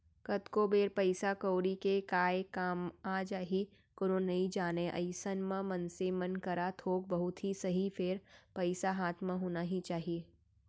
कतको बेर पइसा कउड़ी के काय काम आ जाही कोनो नइ जानय अइसन म मनसे मन करा थोक बहुत ही सही फेर पइसा हाथ म होना ही चाही